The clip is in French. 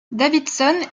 davidson